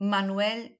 Manuel